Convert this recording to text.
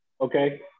Okay